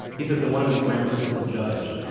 he says that one of his grandpas was a judge,